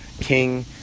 king